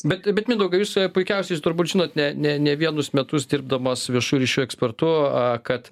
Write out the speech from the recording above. bet bet mindaugai puikiausiais turbūt žinote ne ne vienus metus dirbdamas viešu ekspertu kad